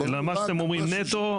אלא מה שאתם אומרים נטו,